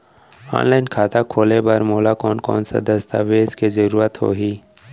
Online खाता खोले बर मोला कोन कोन स दस्तावेज के जरूरत होही?